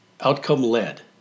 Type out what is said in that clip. Outcome-led